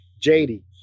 JD